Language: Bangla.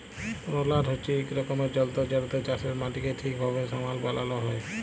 রোলার হছে ইক রকমের যল্তর যেটতে চাষের মাটিকে ঠিকভাবে সমাল বালাল হ্যয়